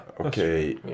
Okay